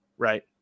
Right